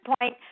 point